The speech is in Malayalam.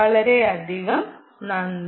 വളരെയധികം നന്ദി